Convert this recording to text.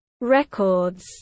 records